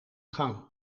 gang